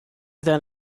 then